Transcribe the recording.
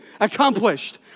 accomplished